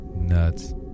nuts